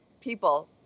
people